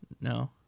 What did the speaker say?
no